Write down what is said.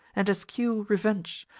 and eschew revenge,